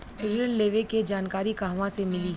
ऋण लेवे के जानकारी कहवा से मिली?